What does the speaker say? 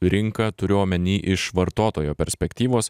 rinka turiu omeny iš vartotojo perspektyvos